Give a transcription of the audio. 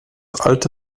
alte